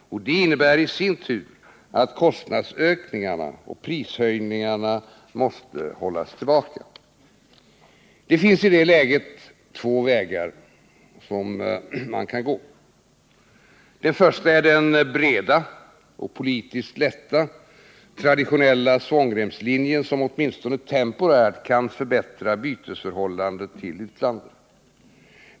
Det innebär i sin tur att kostnadsökningarna och prishöjningarna måste hållas tillbaka. Det finns i det läget två vägar att gå. Det är för det första den breda, politiskt lätta, traditionella svångremslinjen, som åtminstone temporärt kan förbättra bytesförhållandet till utlandet.